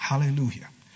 Hallelujah